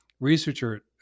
researcher